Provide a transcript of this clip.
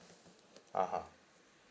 (uh huh)